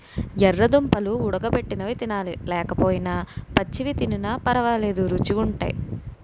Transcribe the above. యెర్ర దుంపలు వుడగబెట్టి తినాలి లేకపోయినా పచ్చివి తినిన పరవాలేదు రుచీ గుంటయ్